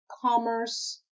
commerce